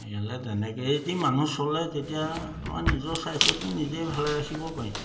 এইহেলে তেনেকৈয়ে যদি মানুহ চলে তেতিয়া আমাৰ নিজৰ স্বাস্থ্যটো নিজেই ভালে ৰাখিব পাৰিম